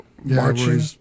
marching